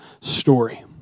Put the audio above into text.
story